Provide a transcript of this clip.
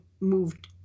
moved